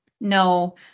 no